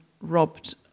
robbed